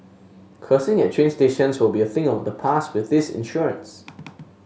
cursing at train stations will be a thing of the past with this insurance